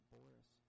Boris